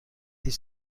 هیچ